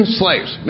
slaves